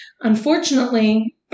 Unfortunately